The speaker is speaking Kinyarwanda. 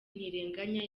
ntirenganya